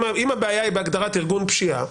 אם הבעיה היא בהגדרת ארגון פשיעה,